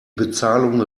bezahlung